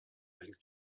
ein